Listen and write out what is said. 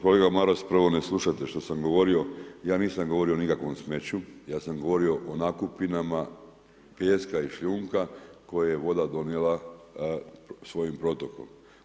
Kolega Maras, prvo ne slušate što sam govorio ja nisam govorio o nikakvom smeću, ja sam govorio o nakupinama, pijeska i šljunka koje je voda donijela svojim protokom.